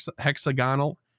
hexagonal